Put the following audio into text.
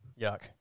Yuck